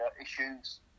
issues